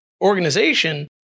organization